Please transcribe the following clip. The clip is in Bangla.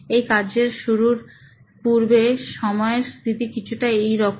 এই কার্যের শুরুর পূর্বে সময়ের স্থিতি কিছুটা এই রকম